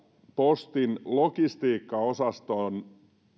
postin logistiikkaosasto on